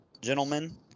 gentlemen